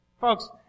Folks